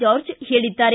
George ಹೇಳಿದ್ದಾರೆ